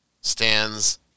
stands